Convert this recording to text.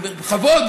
בכבוד,